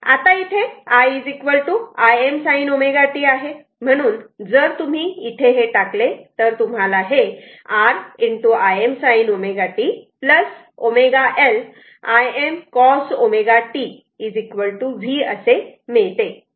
आता i Im sin ω t आहे म्हणून जर तुम्ही इथे हे टाकले तर तुम्हाला हे R Im sin ω t ω L Im cos ω t v असे मिळते